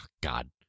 God